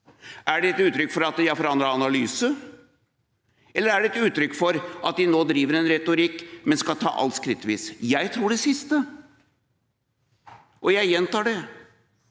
Er det et uttrykk for at de har forandret analyse, eller er det et uttrykk for at de nå driver en retorikk, men skal ta alt skrittvis? Jeg tror det siste, og jeg gjentar det.